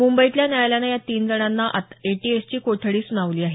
मुंबईतल्या न्यायालयानं या तीन जणांना एटीएसची कोठडी सुनावली आहे